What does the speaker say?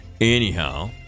Anyhow